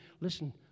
Listen